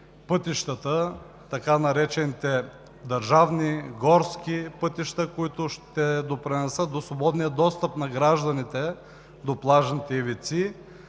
пътищата – така наречените държавни, горски пътища, които ще допринесат за свободния достъп на гражданите до плажните ивици.